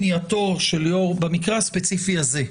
במקרה הספציפי הזה,